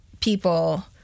people